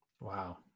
Wow